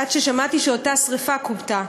עד ששמעתי שאותה שרפה כובתה.